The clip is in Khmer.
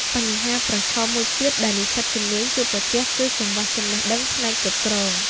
បញ្ហាប្រឈមមួយទៀតដែលនិស្សិតជំនាញជួបប្រទះគឺកង្វះចំណេះដឹងផ្នែកគ្រប់គ្រង។